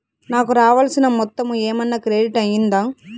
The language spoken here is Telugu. నాకు రావాల్సిన మొత్తము ఏమన్నా క్రెడిట్ అయ్యిందా